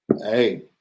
hey